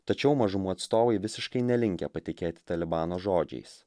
tačiau mažumų atstovai visiškai nelinkę patikėti talibano žodžiais